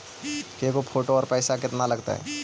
के गो फोटो औ पैसा केतना लगतै?